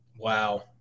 Wow